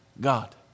God